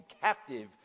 captive